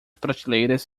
prateleiras